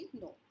No